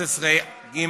11(ג)